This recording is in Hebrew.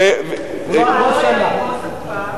לא היה לי בוס אף פעם.